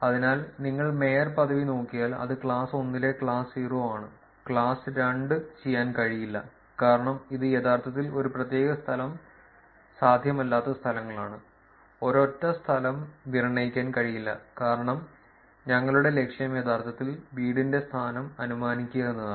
അതിനാൽ നിങ്ങൾ മേയർ പദവി നോക്കിയാൽ അത് ക്ലാസ് 1 ലെ ക്ലാസ് 0 ആണ് ഞങ്ങൾക്ക് ക്ലാസ് 2 ചെയ്യാൻ കഴിയില്ല കാരണം ഇത് യഥാർത്ഥത്തിൽ ഒരു പ്രത്യേക സ്ഥലം സാധ്യമല്ലാത്ത സ്ഥലങ്ങളാണ് ഒരൊറ്റ സ്ഥലം നിര്ണയിക്കാൻ കഴിയില്ല കാരണം ഞങ്ങളുടെ ലക്ഷ്യം യഥാർത്ഥത്തിൽ വീടിന്റെ സ്ഥാനം അനുമാനിക്കുക എന്നതാണ്